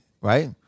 right